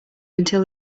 until